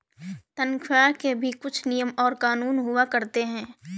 तन्ख्वाह के भी कुछ नियम और कानून हुआ करते हैं